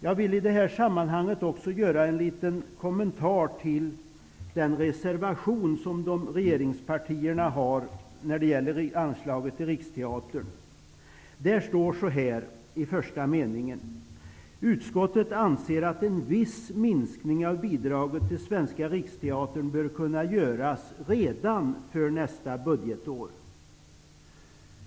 Jag vill i det här sammanhanget också göra en liten kommentar till den reservation som regeringspartierna har gjort när det gäller anslaget till Riksteatern. Jag citerar första meningen i reservationen: ''Utskottet anser att en viss minskning av bidraget till Svenska riksteatern bör kunna göras redan för nästa budgetår.''